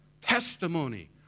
testimony